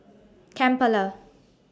Kampala